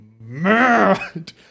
mad